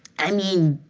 i mean,